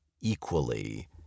equally